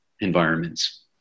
environments